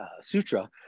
sutra